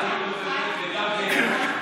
הודעה בשם יושב-ראש הכנסת.